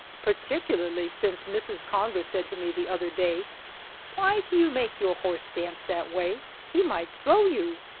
particularly since mrs. conger said to me the other day why do you make your horse dance that way he might throw you.